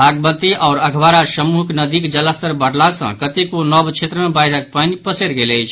बागमती आओर अधबारा समूहक नदीक जलस्तर बढ़ला सॅ कतेको नव क्षेत्र मे बाढ़िक पानि पसरि गेल अछि